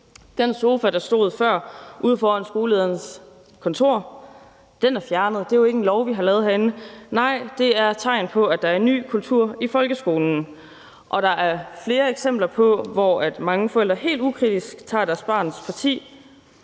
Den sofa, der før stod ude foran skolelederens kontor, er fjernet. Det er jo ikke en lov, vi har lavet herinde. Nej, det er et tegn på, at der er en ny kultur i folkeskolen, og der er flere eksempler på, at mange forældre helt ukritisk tager deres børns parti.